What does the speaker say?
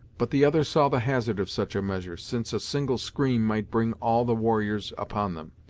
but the other saw the hazard of such a measure, since a single scream might bring all the warriors upon them,